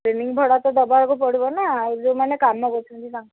clinic ଭଡ଼ା ତ ଦେବାକୁ ପଡ଼ିବ ନା ଆଉ ଯେଉଁମାନେ କାମ କରୁଛନ୍ତି ତାଙ୍କୁ